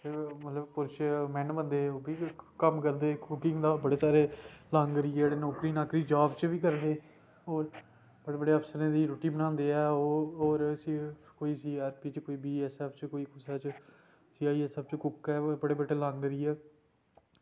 एह् मतलब कुछ कॉमन बंदे ओह्बी मतलब कम्म करदे ओह्बी मतलब लांगरी मतलब नौकरी जॉब च बी करदे होर बड़े बड़े अफसरें दी रुट्टी बनांदे आ होर कोई सीआरपीएफ च कोई बीएसएफ च कोई सीएसएफ च ओह् बड़ा बड्डा लांगरी ऐ